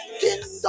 kingdom